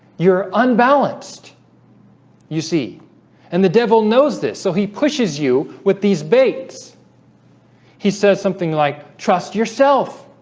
you're unbalanced you see and the devil knows this so he pushes you with these baits he says something like trust yourself